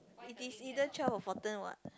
it is either twelve or fourteen what